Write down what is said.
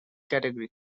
category